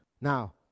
Now